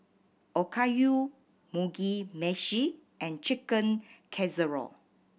Okayu Mugi Meshi and Chicken Casserole